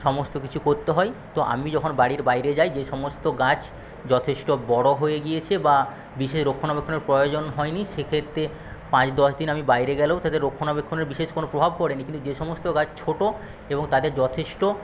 সমস্ত কিছু করতে হয় তো আমি যখন বাড়ির বাইরে যাই যে সমস্ত গাছ যথেষ্ট বড়ো হয়ে গিয়েছে বা বিশেষ রক্ষণাবেক্ষণের প্রয়োজন হয়নি সেক্ষেত্রে পাঁচ দশদিন আমি বাইরে গেলেও তাদের রক্ষণাবেক্ষণের বিশেষ কোনো প্রভাব পড়েনি কিন্তু যেসমস্ত গাছ ছোটো এবং তাদের যথেষ্ট